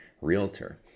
realtor